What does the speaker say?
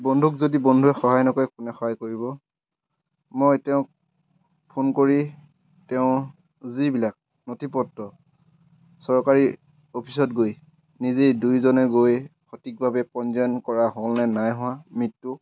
বন্ধুক যদি বন্ধুৱে সহায় নকৰে কোনে সহায় কৰিব মই তেওঁক ফোন কৰি তেওঁৰ যিবিলাক নথি পত্ৰ চৰকাৰী অফিচত গৈ নিজেই দুয়োজনে গৈ সঠিকভাৱে পঞ্জীয়ন কৰা হ'লনে নাই হোৱা মৃত্যু